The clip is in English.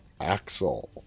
Axel